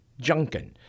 Junkin